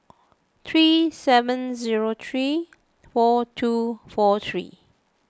three seven zero three four two four three